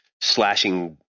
slashing